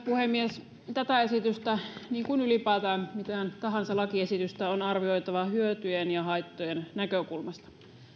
puhemies tätä esitystä niin kuin ylipäätään mitä tahansa lakiesitystä on arvioitava hyötyjen ja haittojen näkökulmasta